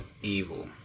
Evil